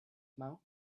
mouth